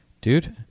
dude